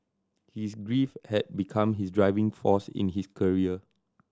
his grief had become his driving force in his career